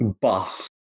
bus